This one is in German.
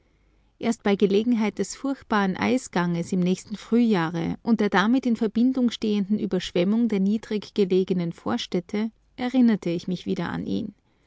erst bei gelegenheit des furchtbaren eisganges im nächsten frühjahre und der damit in verbindung stehenden überschwemmung der niedrig gelegenen vorstädte erinnerte ich mich wieder an ihn